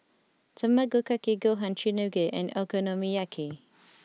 Tamago Kake Gohan Chigenabe and Okonomiyaki